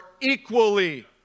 equally